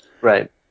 Right